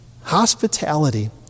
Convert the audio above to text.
Hospitality